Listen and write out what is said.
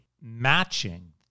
matching